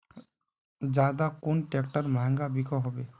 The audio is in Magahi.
ज्यादा कुन ट्रैक्टर महंगा बिको होबे?